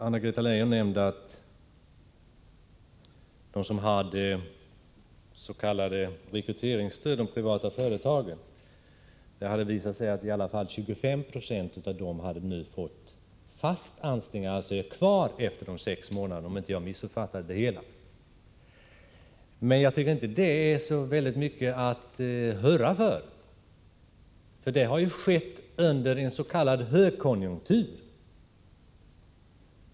Anna-Greta Leijon nämnde att av dem som anställts i privata företag med s.k. rekryteringsstöd har i alla fall 25 96 nu fått fast anställning, de är alltså kvar i företagen, om jag inte missuppfattade saken. Det är inte så mycket att hurra över. Detta har nämligen skett under ens.k. högkonjunktur.